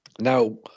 Now